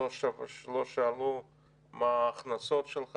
לא שאלו מה הכנסות שלך.